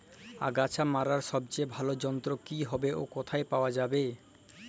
আগাছা মারার সবচেয়ে ভালো যন্ত্র কি হবে ও কোথায় পাওয়া যাবে?